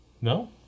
no